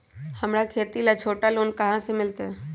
हमरा खेती ला छोटा लोने कहाँ से मिलतै?